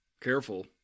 Careful